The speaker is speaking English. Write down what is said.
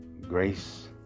Grace